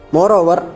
Moreover